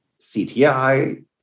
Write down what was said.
CTI